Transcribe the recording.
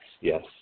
Yes